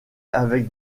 avec